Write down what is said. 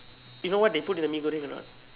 you know what they put in the Mee-Goreng or not